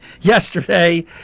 yesterday